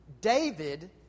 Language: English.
David